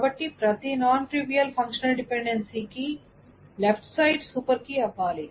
కాబట్టి ప్రతి non trivial FD కి లెఫ్ట్ సైడ్ సూపర్ కీ అవ్వాలి